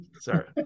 Sorry